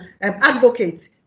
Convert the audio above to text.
advocate